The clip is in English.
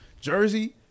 jersey